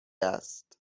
است